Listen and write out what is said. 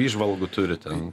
įžvalgų turi ten